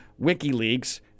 WikiLeaks